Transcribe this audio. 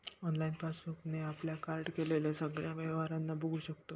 online passbook ने आपल्या card केलेल्या सगळ्या व्यवहारांना बघू शकतो